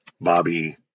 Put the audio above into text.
Bobby